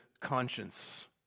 conscience